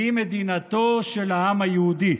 והיא מדינתו של העם היהודי.